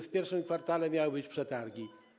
W pierwszym kwartale miały być przetargi.